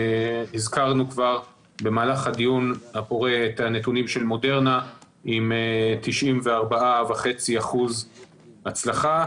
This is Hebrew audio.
כבר הזכרנו במהלך הדיון הפורה את הנתונים של מודרנה עם 94.5% הצלחה.